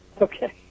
Okay